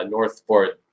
Northport